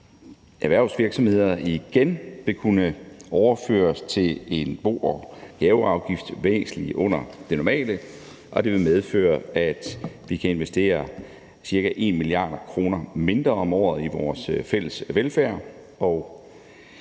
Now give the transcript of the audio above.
erhvervsvirksomheder igen vil kunne overføres til en bo- og gaveafgift væsentlig under den normale, og det vil medføre, at vi kan investere ca. 1 mia. kr. mindre om året i vores fælles velfærd,